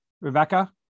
Rebecca